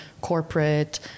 corporate